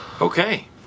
Okay